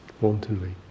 wantonly